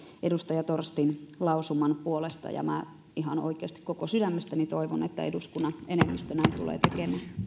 edustaja torstin lausuman puolesta ja minä ihan oikeasti koko sydämestäni toivon että eduskunnan enemmistö näin tulee tekemään